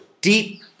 deep